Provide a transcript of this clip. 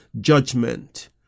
Judgment